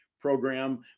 program